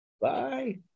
Bye